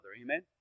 Amen